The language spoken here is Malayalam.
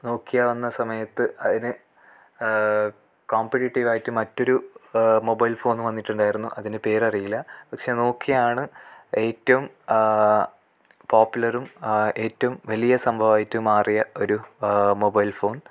നോക്കിയാ വന്ന സമയത്ത് അതിനെ കോമ്പറ്റേറ്റീവായിട്ട് മറ്റൊരു മൊബൈൽ ഫോൺ വന്നിട്ടുണ്ടായിരുന്നു അതിനെ പേരറിയില്ല പക്ഷേ നോക്കിയായാണ് ഏറ്റോം പോപ്പുലറും ഏറ്റോം വലിയ സംഭവമായിട്ട് മാറിയ ഒരു മൊബൈൽ ഫോൺ